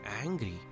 angry